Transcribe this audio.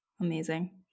Amazing